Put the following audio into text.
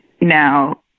now